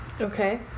Okay